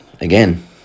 again